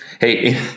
Hey